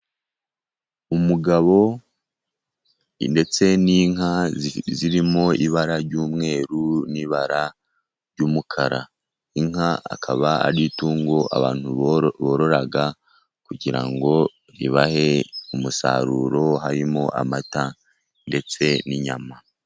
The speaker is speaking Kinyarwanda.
Umugabo ndetse n'inka zirimo ibara ry'umweru n'ibara ry'umukara inka akaba ari itungo abanturoraga kugira ngo ribahe umusaruro harimo amata ndetse n'inyama.